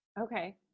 Okay